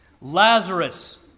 Lazarus